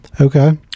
Okay